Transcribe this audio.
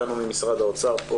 שלמה אוחיון, רשות המיסים.